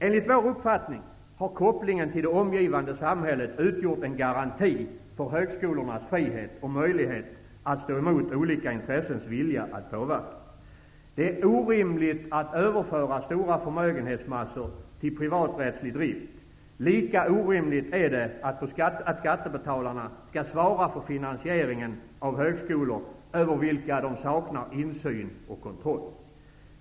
Enligt vår uppfattning har kopplingen till det omgivande samhället utgjort en garanti för högskolornas frihet och möjlighet att stå emot olika intressens vilja att påverka. Det är orimligt att överföra stora förmögenhetsmassor till privaträttslig drift. Lika orimligt är det att skattebetalarna skall svara för finansieringen av högskolor över vilka de saknar insyn och kontroll.